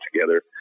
together